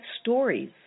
stories